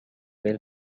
bill